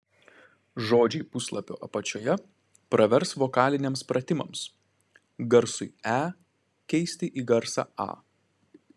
žodžiai puslapio apačioje pravers vokaliniams pratimams garsui e keisti į garsą a